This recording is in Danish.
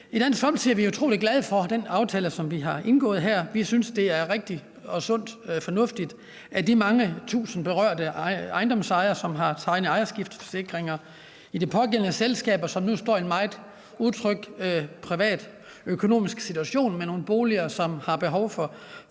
Folkeparti er vi utrolig glade for den aftale, som vi har indgået her. Vi synes, det er rigtig sundt og fornuftigt. De mange tusinde berørte ejendomsejere, som har tegnet ejerskifteforsikring for deres boliger i det pågældende selskab, står i en meget utryg privatøkonomisk situation. De har behov for